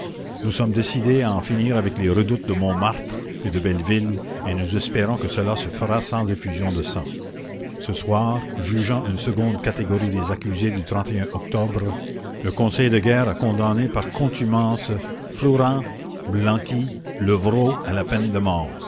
nous sommes décidés à en finir avec les redoutes de montmartre et de belleville et nous espérons que cela se fera sans effusion de sang ce soir jugeant une seconde catégorie des accusés du octobre le conseil de guerre a condamné par contumace flourens blanqui levrault à la peine de mort